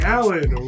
Alan